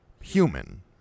human